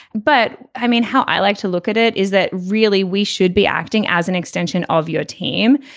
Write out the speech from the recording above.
but i mean how i like to look at it. is that really we should be acting as an extension of your team.